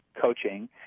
coaching